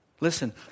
Listen